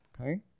Okay